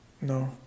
No